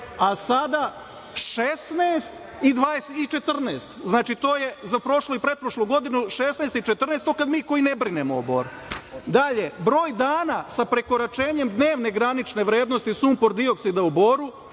a sada 16 i 14. Znači, to je za prošlu i pretprošlu godinu 16 i 14 to kada mi ne brinemo o Boru. Dalje, broj dana sa prekoračenjem dnevne granične vrednosti sumpor dioksida u Boru,